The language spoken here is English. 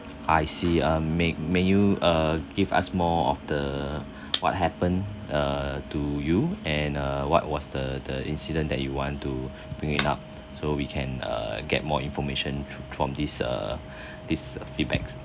I see err may may you err give us more of the what happened err to you and err what was the the incident that you want to bring it up so we can err get more information thro~ from this err this feedbacks